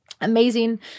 Amazing